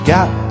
Got